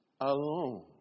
alone